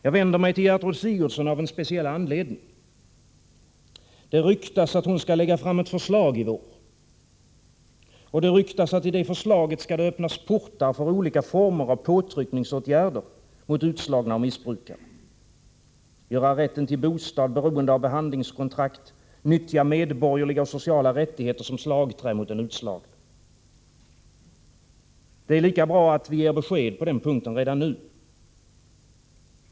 Jag vänder mig till Gertrud Sigurdsen av en speciell anledning. Det ryktas att hon skall lägga fram ett förslag i vår. Och det ryktas att det i detta förslag skall öppnas portar för olika former av påtryckningsåtgärder mot utslagna och missbrukare — man skall göra rätten till bostad beroende av behandlingskontrakt och nyttja medborgerliga och sociala rättigheter som slagträ mot den utslagne. Det är lika bra att vi ger besked på den punkten redan nu.